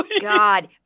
god